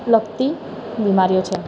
લગતી બીમારીઓ છે